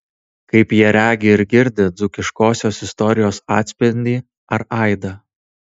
kaip jie regi ir girdi dzūkiškosios istorijos atspindį ar aidą